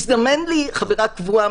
חברה קבועה,